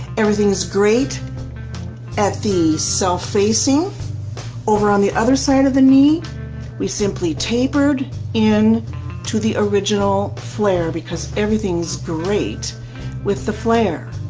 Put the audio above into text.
everything is great at the self facing over on the other side of the knee we simply tapered in to the original flare because everything is great with the flare.